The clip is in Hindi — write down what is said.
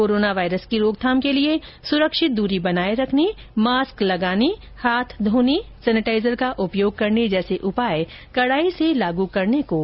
कोरोना वायरस की रोकथाम के लिए सुरक्षित दूरी बनाए रखने मास्क लगाने हाथ धोने सैनेटाइजर का उपयोग करने जैसे उपाय कड़ाई से लागू करने को कहा गया है